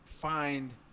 find